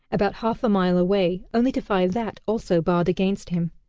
about half a mile away, only to find that also barred against him.